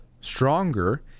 stronger